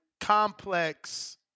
Complex